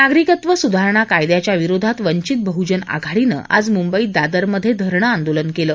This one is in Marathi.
नागरिकत्व सुधारणा कायद्याच्या विरोधात वंचित बहुजन आघाडीनं आज मुंबईत दादरमध्ये धरणं आंदोलन केलं